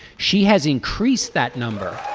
she has increased that number